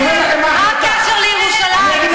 תגיד לי, מה הקשר שלך לירושלים?